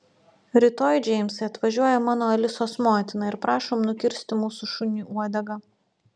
rytoj džeimsai atvažiuoja mano alisos motina ir prašom nukirsti mūsų šuniui uodegą